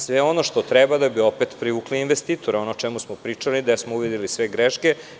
Sve ono što treba da bi opet privukli investitora, ono o čemu smo pričali, gde smo uvideli sve greške.